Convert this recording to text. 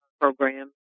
program